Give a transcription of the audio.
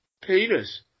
penis